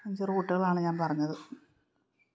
അഞ്ച് റൂട്ടുകളാണ് ഞാൻ പറഞ്ഞത്